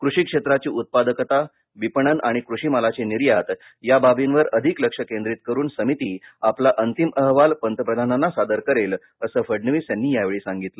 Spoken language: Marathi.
कृषी क्षेत्राची उत्पादकता विपणन आणि कृषिमालाची निर्यात या बाबींवर अधिक लक्ष केंद्रित करुन समिती आपला अंतिम अहवाल पंतप्रधानांना सादर करेल असं फडणवीस यांनी यावेळी सांगितलं